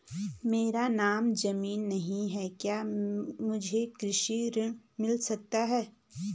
मेरे नाम ज़मीन नहीं है क्या मुझे कृषि ऋण मिल सकता है?